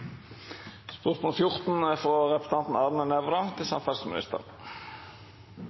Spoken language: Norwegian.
Spørsmål 15, fra representanten Geir Pollestad til